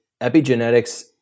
epigenetics